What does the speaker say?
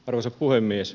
arvoisa puhemies